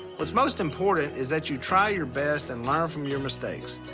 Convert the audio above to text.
what s most important, is that you try your best and learn from your mistakes.